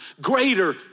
greater